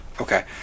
okay